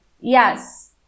Yes